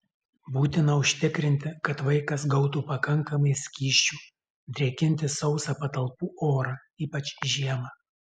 būtina užtikrinti kad vaikas gautų pakankamai skysčių drėkinti sausą patalpų orą ypač žiemą